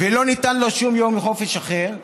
ולא ניתן לו שום יום חופש אחר,